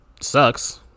sucks